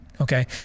okay